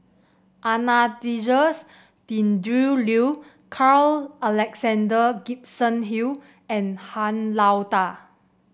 Anastasia's Tjendri Liew Carl Alexander Gibson Hill and Han Lao Da